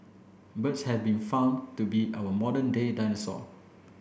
birds have been found to be our modern day dinosaur